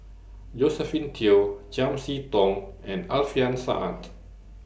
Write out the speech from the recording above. Josephine Teo Chiam See Tong and Alfian Sa'at